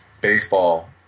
baseball